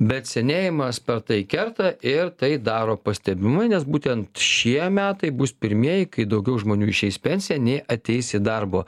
bet senėjimas per tai kerta ir tai daro pastebimai nes būtent šie metai bus pirmieji kai daugiau žmonių išeis į pensiją nei ateis į darbo